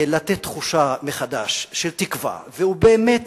לתת תחושה מחדש של תקווה ובאמת